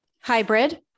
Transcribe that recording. Hybrid